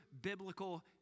biblical